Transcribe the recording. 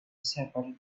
shepherd